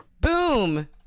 Boom